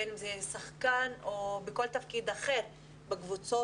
בין אם זה שחקן או בעל תפקיד אחר בקבוצות